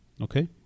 Okay